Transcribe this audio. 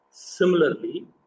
Similarly